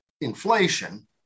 inflation